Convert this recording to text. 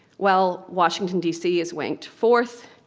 while washington dc is ranked fourth,